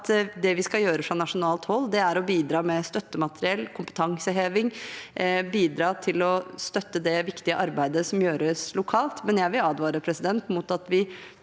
vi skal gjøre fra nasjonalt hold, er å bidra med støttemateriell og kompetanseheving, bidra til å støtte det viktige arbeidet som gjøres lokalt. Men jeg vil advare mot på